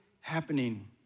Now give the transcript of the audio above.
happening